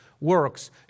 works